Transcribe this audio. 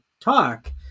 talk